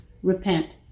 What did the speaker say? repent